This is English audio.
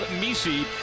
Misi